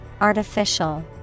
artificial